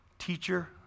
teacher